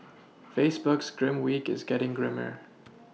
Facebook's grim week is getting grimmer